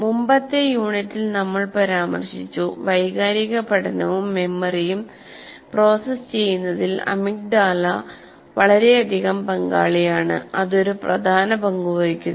മുമ്പത്തെ യൂണിറ്റിൽ നമ്മൾ പരാമർശിച്ചു വൈകാരിക പഠനവും മെമ്മറിയും പ്രോസസ്സ് ചെയ്യുന്നതിൽ അമിഗ്ഡാല വളരെയധികം പങ്കാളിയാണ് അത് ഒരു പ്രധാന പങ്ക് വഹിക്കുന്നു